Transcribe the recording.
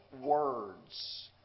words